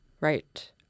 right